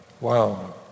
wow